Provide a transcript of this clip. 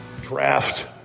draft